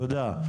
תודה.